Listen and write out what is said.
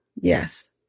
Yes